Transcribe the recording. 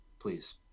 please